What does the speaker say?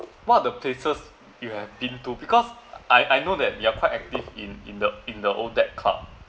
what are the places you have been to because I I know that you are quite active in in the in the old that club